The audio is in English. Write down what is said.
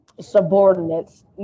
subordinates